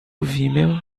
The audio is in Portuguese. vimeo